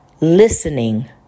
Listening